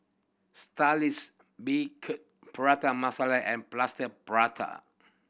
Saltish Beancurd Prata Masala and Plaster Prata